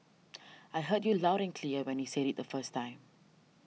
I heard you loud and clear when you said it the first time